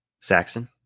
Saxon